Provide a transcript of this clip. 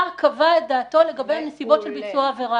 הרי בית המשפט כבר קבע את דעתו לגבי הנסיבות של ביצוע העבירה,